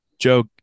Joe